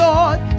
Lord